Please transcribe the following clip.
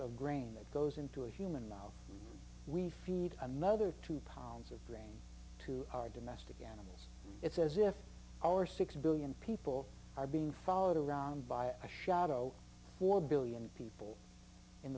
of grain that goes into a human mouth we feed another two pounds of grain to our domestic again it's as if our six billion people are being followed around by a shadow four billion people in